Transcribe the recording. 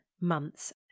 months